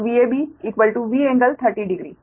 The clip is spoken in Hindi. तो Vab V∟300 डिग्री